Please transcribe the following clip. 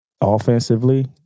offensively